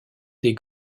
des